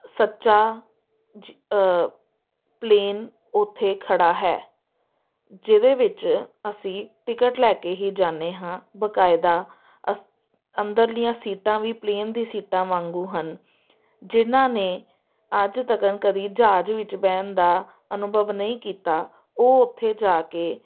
ਸੱਚਾ ਜ ਪਲੇਨ ਉੱਥੇ ਖੜ੍ਹਾ ਹੈ ਜਿਹਦੇ ਵਿੱਚ ਅਸੀਂ ਟਿਕਟ ਲੈ ਕੇ ਹੀ ਜਾਂਦੇ ਹਾਂ ਬਕਾਇਦਾ ਅ ਅੰਦਰਲੀਆਂ ਸੀਟਾਂ ਵੀ ਪਲੇਨ ਦੀ ਸੀਟਾਂ ਵਾਂਗੂੰ ਹਨ ਜਿਨ੍ਹਾਂ ਨੇ ਅੱਜ ਤੱਕ ਕਦੇ ਜਹਾਜ਼ ਵਿੱਚ ਬਹਿਣ ਦਾ ਅਨੁਭਵ ਨਹੀਂ ਕੀਤਾ ਉਹ ਉੱਥੇ ਜਾ ਕੇ